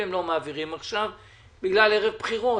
הם לא מעבירים עכשיו בגלל ערב בחירות,